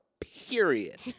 period